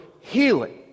healing